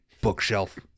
bookshelf